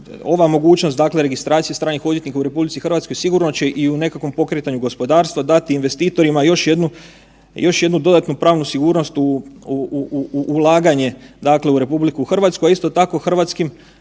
ova mogućnost dakle registracije stranih odvjetnika u RH sigurno će i u nekakvom pokretanju gospodarstva dati investitorima još jednu, još jednu dodatnu pravnu sigurnost u ulaganje dakle u RH, a isto tako hrvatskim